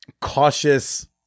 cautious